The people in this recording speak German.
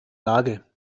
lage